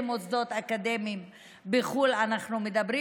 מוסדות אקדמיים בחו"ל אנחנו מדברים.